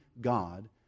God